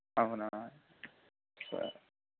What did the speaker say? అవునా సరే